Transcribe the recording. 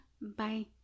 Bye